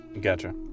Gotcha